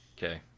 Okay